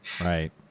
right